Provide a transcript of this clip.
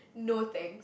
no thanks